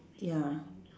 ya